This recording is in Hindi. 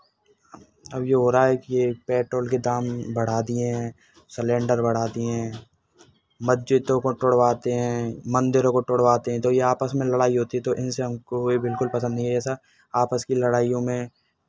अब जो हो रहा कि ये पेट्रोल के दाम बढ़ा दिए हैं सेलेंडर बढ़ा दिये हैं मस्जिदों को तुड़वाते हैं मंदिरों को तुड़वाते हैं तो ये आपस में लड़ाई होती है तो इनसे हमको ये बिल्कुल पसंद नहीं है ऐसा आपस की लड़ाईयों में